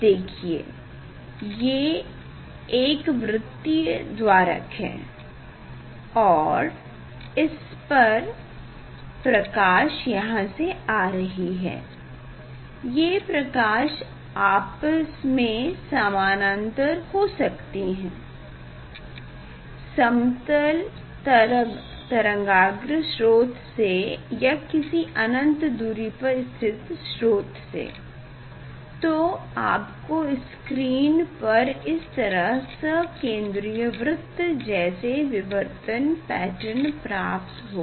देखिए ये एक वृत्तीय द्वारक है और इस पर प्रकाश यहाँ से आ रही है ये प्रकाश आपस समानांतर हो सकती है समतल तरंगाग्र स्रोत से या किसी अनंत दूरी पर स्थित स्रोत से तो आपको स्क्रीन पर इस तरह सकेंद्री वृत्त जैसे विवर्तन पैटर्न प्राप्त होगा